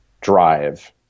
drive